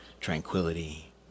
Tranquility